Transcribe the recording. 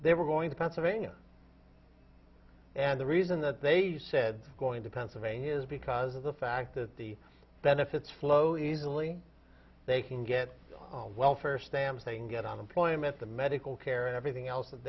they were going to pennsylvania and the reason that they said going to pennsylvania is because of the fact that the benefits flow easily they can get welfare stamps thing get unemployment the medical care and everything else that